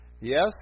Yes